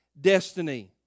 destiny